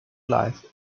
life